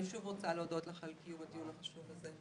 אני שוב רוצה להודות לך על קיום הדיון החשוב הזה.